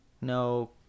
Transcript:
No